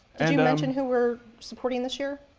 and mention who we're supporting this year?